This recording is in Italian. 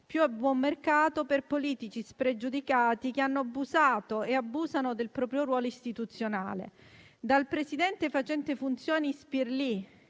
più a buon mercato per politici spregiudicati che hanno abusato e abusano del proprio ruolo istituzionale. Dal presidente facente funzioni Spirlì,